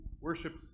worships